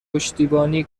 پشتیبانی